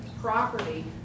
property